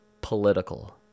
political